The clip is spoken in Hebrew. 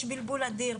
יש בלבול אדיר.